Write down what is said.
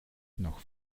noch